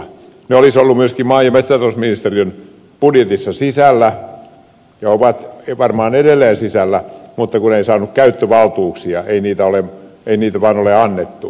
ne olisivat olleet myöskin maa ja metsätalousministeriön budjetissa sisällä ja ovat varmaan edelleen sisällä mutta kun ei ole saanut käyttövaltuuksia ei niitä vaan ole annettu